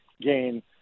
gain